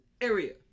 area